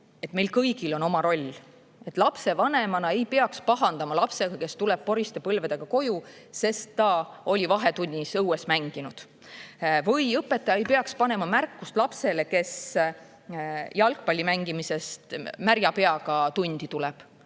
meil kõigil on oma roll, me lapsevanematena ei peaks pahandama lapsega, kes tuleb poriste põlvedega koju, sest ta oli vahetunnis õues mänginud, või õpetaja ei peaks panema märkust lapsele, kes jalgpallimängimisest märja peaga tundi tuleb